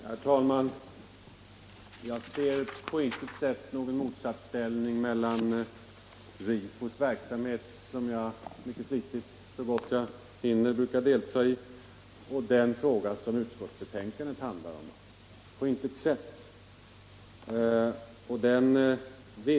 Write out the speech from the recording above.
Herr talman! Jag ser inte någon motsatsställning mellan RIFO:s verksamhet, som jag mycket flitigt så gott jag hinner brukar delta i, och den fråga som utskottsbetänkandet handlar om — på intet sätt.